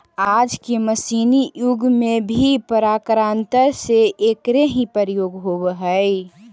आज के मशीनी युग में भी प्रकारान्तर से एकरे ही प्रयोग होवऽ हई